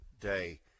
day